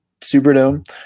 Superdome